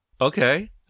Okay